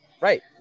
right